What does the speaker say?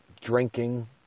drinking